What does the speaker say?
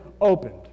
opened